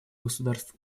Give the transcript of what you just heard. государств